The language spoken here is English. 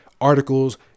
articles